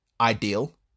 ideal